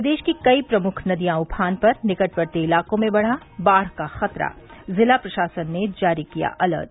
प्रदेश की कई प्रमुख नदियां उफान पर निकटवर्ती इलाकों में बढ़ा बाढ़ का ख़तरा जिला प्रशासन ने जारी किया अलर्ट